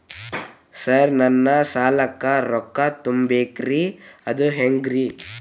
Sir ನನ್ನ ಸಾಲಕ್ಕ ರೊಕ್ಕ ತುಂಬೇಕ್ರಿ ಅದು ಹೆಂಗ್ರಿ?